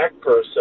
person